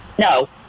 No